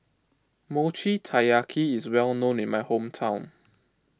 Mochi Taiyaki is well known in my hometown